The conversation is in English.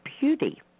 beauty